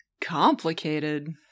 complicated